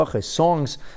songs